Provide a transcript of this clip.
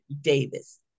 Davis